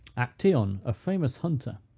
actaeon, a famous hunter,